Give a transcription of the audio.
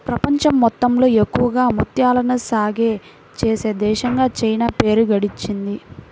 ప్రపంచం మొత్తంలో ఎక్కువగా ముత్యాలను సాగే చేసే దేశంగా చైనా పేరు గడించింది